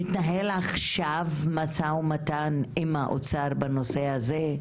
האם מתנהל עכשיו משא ומתן עם משרד האוצר בנושא הזה?